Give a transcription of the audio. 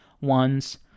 ones